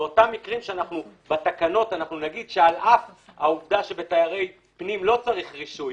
באותם מקרים שבתקנות נגיד שעל אף העובדה שבתיירי פנים לא צריך רישוי,